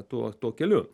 tuo tuo keliu